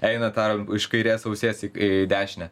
eina tą iš kairės ausies į dešinę